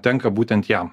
tenka būtent jam